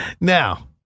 Now